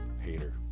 hater